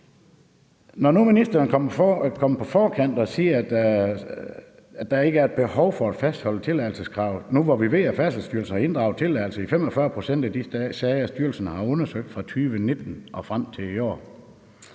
Når nu ministeren på forkant kommer og siger, at der ikke er et behov for at fastholde tilladelseskravet, nu, hvor vi ved, at Færdselsstyrelsen har inddraget tilladelsen i 45 pct. af de sager, styrelsen har undersøgt fra 2019 og frem til i år,